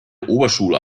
oberschule